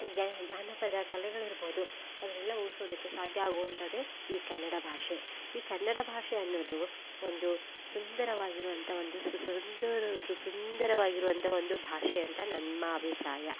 ಜ ಜಾನಪದ ಕಲೆಗಳು ಇರ್ಬೋದು ಅದನ್ನೆಲ್ಲ ಉಳ್ಸೋದಕ್ಕೆ ಸಾಧ್ಯ ಆಗೋವಂಥದ್ದೇ ಈ ಕನ್ನಡ ಭಾಷೆ ಈ ಕನ್ನಡ ಭಾಷೆ ಅನ್ನೋದು ಒಂದು ಸುಂದರವಾಗಿರುವಂಥ ಒಂದು ಸುಂದರ ಸುಂದರವಾಗಿ ಇರುವಂಥ ಒಂದು ಭಾಷೆ ಅಂತ ನಮ್ಮ ಅಭಿಪ್ರಾಯ